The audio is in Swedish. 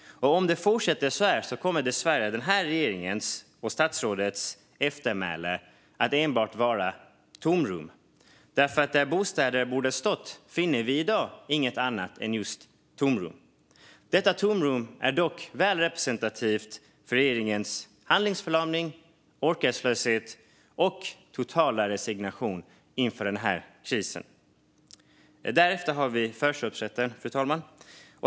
Om det fortsätter så här kommer dessvärre regeringens och statsrådets eftermäle enbart att vara tomrum, för att där bostäder borde ha stått finner vi i dag inget annat än just tomrum. Detta tomrum är dock väl representativt för regeringens handlingsförlamning, orkeslöshet och totala resignation inför krisen. Därefter har vi förköpsrätten, fru talman.